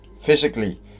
physically